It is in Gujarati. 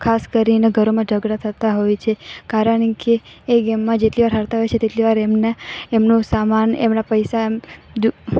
ખાસ કરીને ઘરોમાં ઝઘડા થતાં હોય છે કારણ કે એ ગેમમાં જેટલી વાર હારતા હોય છે તેટલી વાર એમને એમનો સામાન એમના પૈસા જુ